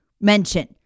mention